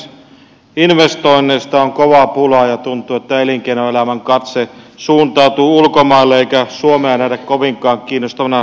investoinneista on kova pula ja tuntuu että elinkeinoelämän katse suuntautuu ulkomaille eikä suomea nähdä kovinkaan kiinnostavana investointikohteena